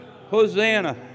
Hosanna